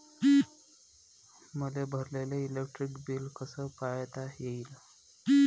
मले भरलेल electric bill कस पायता येईन?